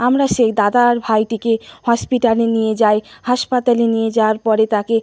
আমরা সেই দাদা আর ভাইটিকে হসপিটালে নিয়ে যাই হাসপাতালে নিয়ে যাওয়ার পরে তাকে